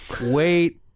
wait